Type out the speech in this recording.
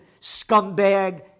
scumbag